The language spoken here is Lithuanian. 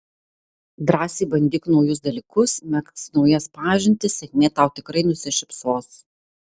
drąsiai bandyk naujus dalykus megzk naujas pažintis sėkmė tau tikrai nusišypsos